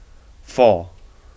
four